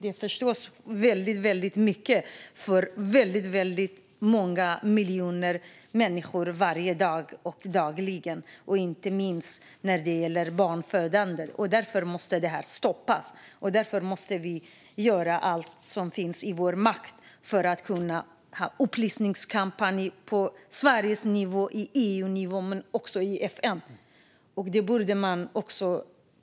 Det förstör väldigt mycket för många miljoner människor dagligen, inte minst när det gäller barnafödande. Därför måste det här stoppas. Vi måste göra allt som står i vår makt för att genomföra upplysningskampanjer på svensk nivå, på EU-nivå men också i FN.